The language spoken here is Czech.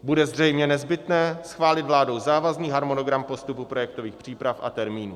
Bude zřejmě nezbytné schválit vládou závazný harmonogram postupu projektových příprav a termínů.